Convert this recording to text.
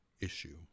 issue